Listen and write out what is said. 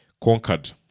conquered